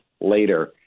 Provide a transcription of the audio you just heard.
later